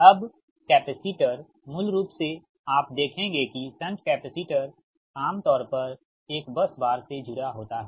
अब कैपेसिटर मूल रूप से आप देखेंगे कि शंट कैपेसिटर आमतौर पर एक बस बार से जुड़े होते हैं